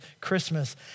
Christmas